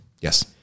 Yes